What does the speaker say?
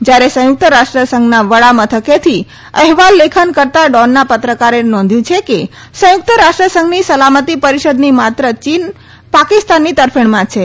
જ્યારે સંયુક્ત રાષ્ટ્ર સંઘના વડા મથકેથી અહેવાલ લેખન કરતાં ડોનના પત્રકારે નોંધ્યું છે કે સંયુક્ત રાષ્ટ્ર સંઘની સલામતી પરિષદની માત્ર ચીન પાકિસ્તાનની તરફેણમાં છે